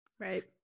Right